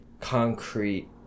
concrete